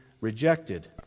rejected